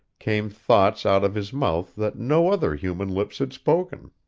came thoughts out of his mouth that no other human lips had spoken.